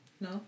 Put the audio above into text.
no